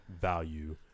value